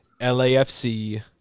lafc